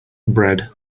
bread